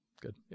good